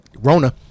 Rona